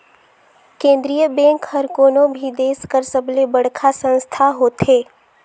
केंद्रीय बेंक हर कोनो भी देस कर सबले बड़खा संस्था होथे